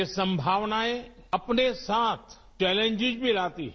ये संभावनाएं अपने साथ चेलेंजिज भी लाती हैं